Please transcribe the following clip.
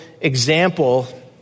example